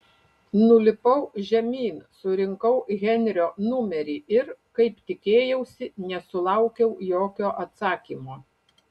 nulipau žemyn surinkau henrio numerį ir kaip tikėjausi nesulaukiau jokio atsakymo